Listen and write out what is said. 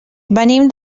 venim